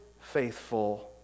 faithful